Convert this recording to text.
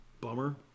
Bummer